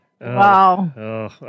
Wow